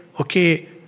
Okay